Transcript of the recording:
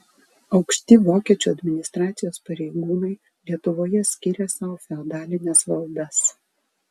aukšti vokiečių administracijos pareigūnai lietuvoje skyrė sau feodalines valdas